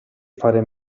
fare